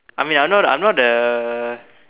I mean I'm not I'm not the